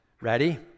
Ready